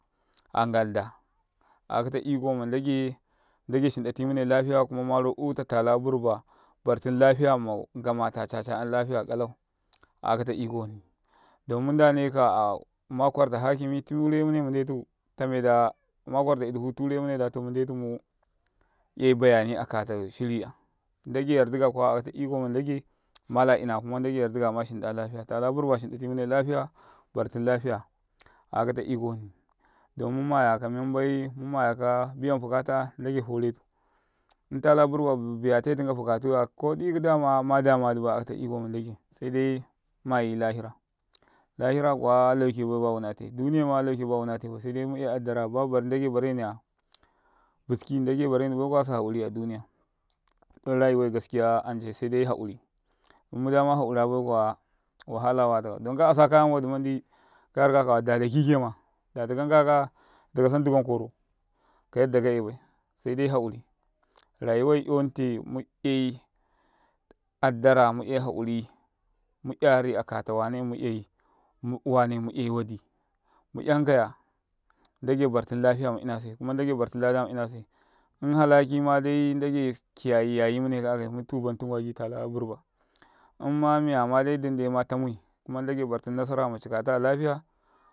A'akafa iko ma n ɗ age n ɗ age shin ɗ ɗ ati mune lafiya kuma ma routa tala burba bartin lafiya maguta caca 'yan lafiya ƙala akatai iko hni ɗ omma n ɗ ane ka ma kwarta hakimi tare mune mu n ɗ detu tameda ma kwarta i ɗ efu ture mune tame ɗ a yai bayanai aka shiri 'yam, n ɗ age yar ɗ ikaya kuwa akata iko ma n ɗ age maliana tum lafiya. akata iko hni. mu mayaka foretum' in tala burba biya te tenuka n ɗ age foretum' in tala burba biya te tenuka bukataya. kowa ɗ i dama ma dama ɗ iba a akata iko ma n ɗ agai se dai mu mayi lahira. lahira kuwa lauke bai bawunate duniyayna lauke bai bawunate duniyayma lauke bai ba wunate se dai mu 'yai a ɗ ɗ ara. ba n ɗ agai bareniya biski n ɗ agai barenibai kuwa wahal watakau don ka asakarema wa ɗ a man ɗ ka yarikaka waya. dadaki kema yadda kasan dukwankoro ka yadda ka'yaibai rayuwai 'yote mu'yai addara mu'yai hauri mu'yari akata wanai mu'yai wanai mu'yaiwa ɗ i mu'yankaya n ɗ age bartum lafiya ma inase kuma n ɗ age bartum lada ma inase in halaki ma ɗ ai n ɗ agai kiya yimune ka akai mutuban tumkwa gitala burba imana miya ma dai dumma tamui. kuma n ɗ agai bartum nasara ma cikata lafiya mushin ɗ i lafi akata iko hni.